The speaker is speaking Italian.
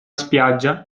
spiaggia